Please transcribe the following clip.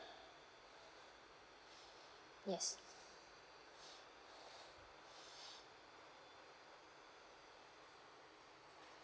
yes